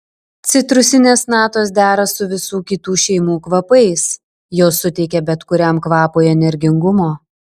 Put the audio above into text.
citrusinės natos dera su visų kitų šeimų kvapais jos suteikia bet kuriam kvapui energingumo